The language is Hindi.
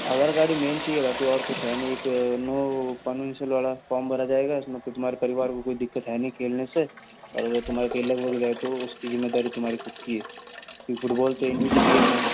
आधार कार्ड ही मेन चीज है बाकि और कुछ है नहीं एक नो वो पर्मिशन वाला फॉर्म भरा जाएगा उसमें कोई तुम्हारे परिवार को कोई है दिक्क्त नहीं खेलने से अगर तुम्हें कहीं लगभग जाए तो उसकी जिम्मेदारी तुम्हारी खुद की है क्योंकि फुटबॉल तो इंडीवीजुअल गेम है